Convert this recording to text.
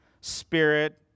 spirit